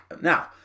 Now